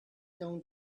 down